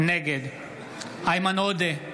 נגד איימן עודה,